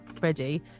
ready